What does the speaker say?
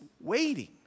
waiting